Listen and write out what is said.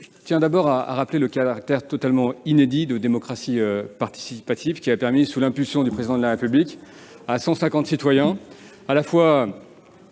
Je tiens d'abord à rappeler le caractère totalement inédit de cette démocratie participative, qui a permis, sous l'impulsion du Président de la République, à 150 citoyens de se